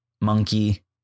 monkey